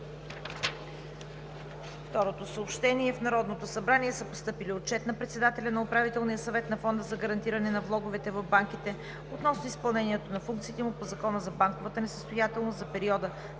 Дариткова.“ В Народното събрание са постъпили Отчет на председателя на Управителния съвет на Фонда за гарантиране на влоговете в банките относно изпълнението на функциите му по Закона за банковата несъстоятелност за периода